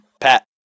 Pat